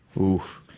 Oof